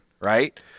Right